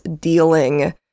dealing